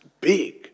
big